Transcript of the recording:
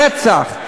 רצח.